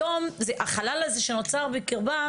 היום, החלל הזה שנוצר בקרבם